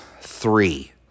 three